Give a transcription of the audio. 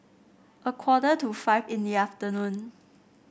a quarter to five in the afternoon